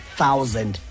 thousand